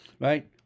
right